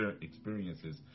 experiences